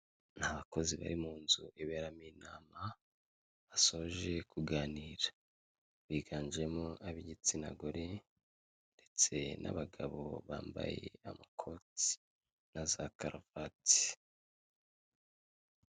Imodoka ziraparitse. Zitegereje gutwara abantu ndetse n'ibintu. Kugira ngo zibageze aho bashaka kujya mu buryo butabagoye. riraatwikiriye. Ibyo itwaye bifite umutekano. Kuko ntabwo bishobora kunyagirwa cyangwa se ngo izuba ribyice.